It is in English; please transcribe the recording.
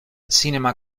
cinema